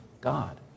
God